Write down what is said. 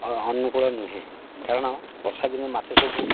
ଅନୁକୂଳ ନୁହେଁ କାରଣ ବର୍ଷାଦିନେ ମାଛ ସବୁ